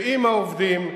ועם העובדים,